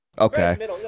Okay